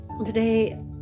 Today